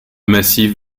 massif